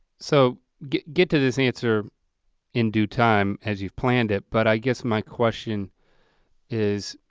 so get get to this answer in due time as you've planned it but i guess my question is